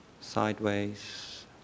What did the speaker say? sideways